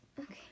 Okay